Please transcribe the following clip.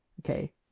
okay